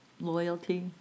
Loyalty